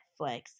Netflix